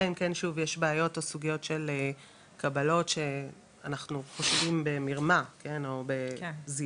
אלא אם כן יש בעיות או סוגיות של קבלות שאנחנו חושדים במרמה או בזיוף